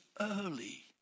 early